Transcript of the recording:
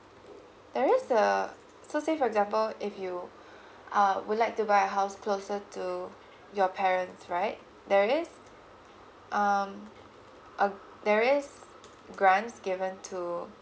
there is the so say for example if you uh would like to buy house closer to your parents right there is um uh there is grants given to